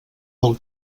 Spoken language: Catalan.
del